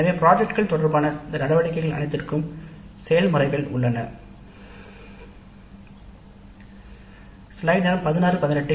எனவே திட்டங்கள் தொடர்பான அனைத்து நடவடிக்கைகளுக்கும் செயல்முறைகள் உள்ளன